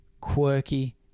Quirky